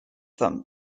them